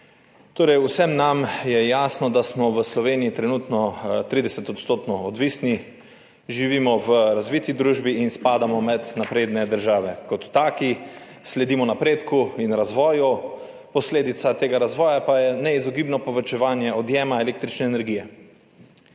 energijo. Vsem nam je jasno, da smo v Sloveniji trenutno 30-odstotno odvisni, živimo v razviti družbi in spadamo med napredne države. Kot taki sledimo napredku in razvoju, posledica tega razvoja pa je neizogibno povečevanje odjema električne energije.